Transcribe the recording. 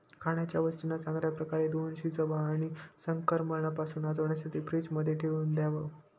खाण्याच्या वस्तूंना चांगल्या प्रकारे धुवुन शिजवावं आणि संक्रमणापासून वाचण्यासाठी फ्रीजमध्ये ठेवून द्याव